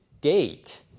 date